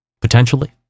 potentially